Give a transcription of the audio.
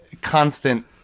constant